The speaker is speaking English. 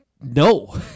no